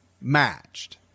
matched